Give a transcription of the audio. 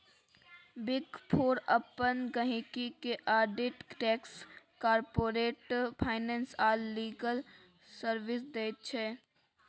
big four अपन गहिंकी केँ आडिट टैक्स, कारपोरेट फाइनेंस आ लीगल सर्विस दैत छै